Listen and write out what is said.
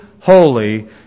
holy